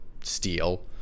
steal